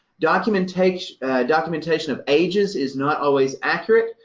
documentation documentation of ages is not always accurate.